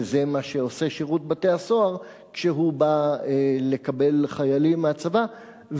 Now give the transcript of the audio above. וזה מה שעושה שירות בתי-הסוהר כשהוא בא לקבל חיילים מהצבא,